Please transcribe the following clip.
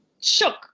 shook